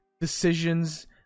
decisions